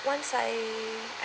once I